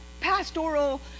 pastoral